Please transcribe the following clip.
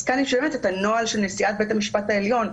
אז כאן יש את הנוהל של נשיאת בית המשפט העליון,